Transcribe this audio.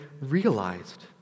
realized